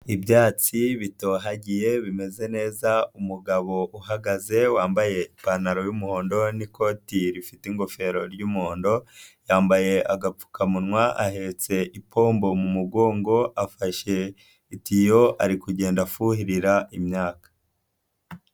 Bbyatsi bitohagiye bimeze neza umugabo uhagaze wambaye ipantaro y'umuhondo n'ikoti rifite ingofero ry'umuhondo, yambaye agapfukamunwa ahetse ipombo mu mugongo afashe itiyo ari kugenda afuhirira imyaka.